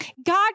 God